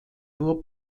nur